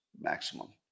maximum